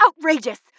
outrageous